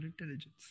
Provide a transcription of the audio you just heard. intelligence